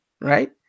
Right